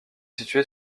située